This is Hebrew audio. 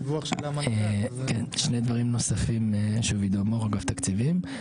שוב עידו מור, אגף תקציבים.